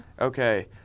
Okay